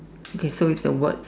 okay so it's the word